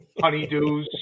honeydews